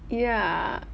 ya